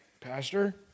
Pastor